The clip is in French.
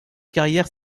carrière